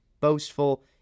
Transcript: boastful